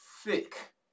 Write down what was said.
Thick